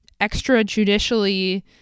extrajudicially